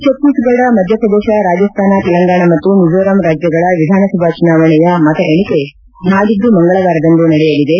ಛತ್ತೀಸ್ಗಢ ಮಧ್ಯಪ್ರದೇತ ರಾಜಾಸ್ತಾನ ತೆಲಂಗಾಣ ಮತ್ತು ಮಿಜೋ್್ರರಾಂ ರಾಜ್ಲಗಳ ವಿಧಾನಸಭಾ ಚುನಾವಣೆಯ ಮತಎಣಿಕೆ ನಾಡಿದ್ದು ಮಂಗಳವಾರದಂದು ನಡೆಯಲಿದೆ